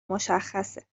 مشخصه